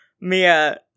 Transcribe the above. Mia